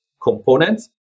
components